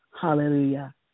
hallelujah